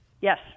Yes